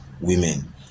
women